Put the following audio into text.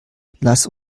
lass